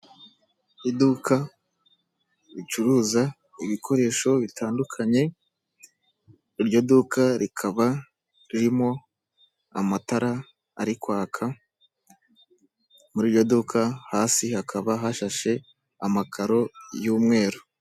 Iduka ricuruza ibikoresho bitandukanye, iryo duka rikaba ririmo amatara ari kwaka. Muri iryo duka hasi hakaba hashashe amakaro y'umweru.